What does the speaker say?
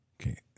Okay